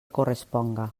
corresponga